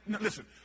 listen